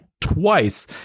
twice